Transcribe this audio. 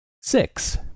Six